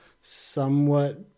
somewhat